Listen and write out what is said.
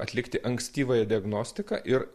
atlikti ankstyvąją diagnostiką ir